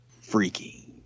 Freaky